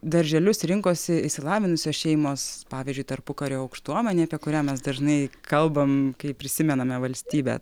darželius rinkosi išsilavinusios šeimos pavyzdžiui tarpukario aukštuomenė apie kurią mes dažnai kalbam kai prisimename valstybę